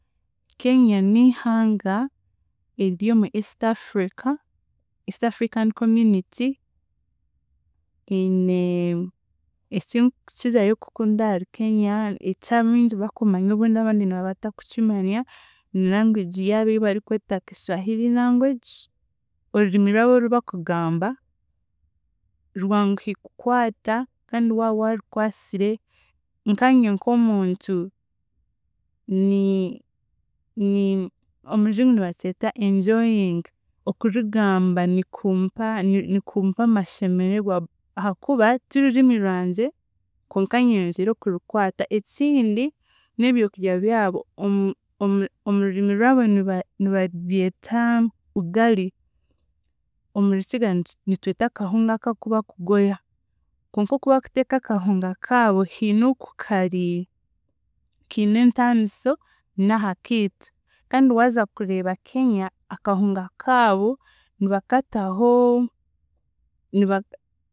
Kenya n'ihanga ery'omu East Africa, East African community hiine eki nkukirayo kukunda ahari Kenya eki abingi bakumanya obundi abandi nibaba batakukimanya ni language yaabo ei bakweta Kiswahili language, orurimi rwabo oru bakugamba rwanguhi kukwata kandi waawaarukwasire nkaanye nk'omuntu ni- ni- omu Rujungu nibakyeta enjoying okurugamba nikumpa nikumpa amashemeregwa ahaakuba ti rurimi rwangye konka nyeyongiire okurukwata. Ekindi, n'ebyokurya byabo omu- omu- omu rurimi rwabo nibabyeta Ugari omu Rukiga nitwa akahunga aka aku bakugoya konka oku bakuteeka akahunga kaabo, kiine oku kari, kiine entniso N'aha kiitu kandi waaza kureeba Kenya akahunga kaabo nibakataho, niba